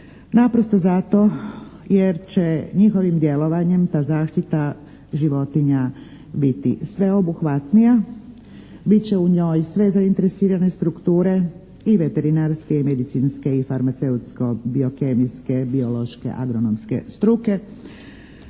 naprosto zato jer će njihovim djelovanjem ta zaštita životinja biti sveobuhvatnija, bit će u njoj sve zainteresirane strukture i veterinarske, i medicinske i farmaceutsko-biokemijske, biološke, agronomske struke.